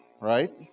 right